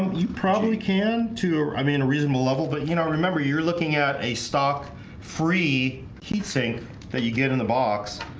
you probably can too. i mean a reasonable level, but you know remember you're looking at a stock free heatsink that you get in the box